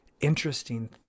interesting